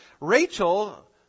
Rachel